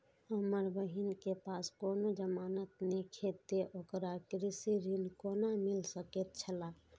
हमर बहिन के पास कोनो जमानत नेखे ते ओकरा कृषि ऋण कोना मिल सकेत छला?